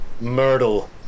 Myrtle